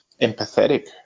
empathetic